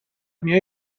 میای